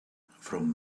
from